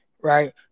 Right